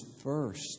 first